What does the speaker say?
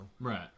right